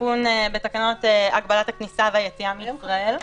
תיקון בתקנות הגבלת הכניסה והיציאה מישראל.